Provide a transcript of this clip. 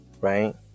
right